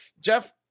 Jeff